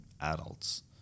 adults